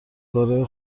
کارای